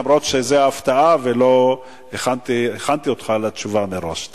למרות שזאת הפתעה ולא הכנתי אותך לתשובה מראש.